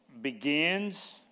begins